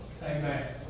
Amen